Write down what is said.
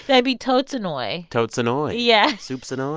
that'd be totes annoy totes annoy yeah supes annoy